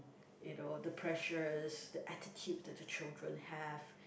you know the pressures the attitude that the children have